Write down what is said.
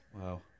Wow